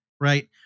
Right